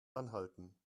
anhalten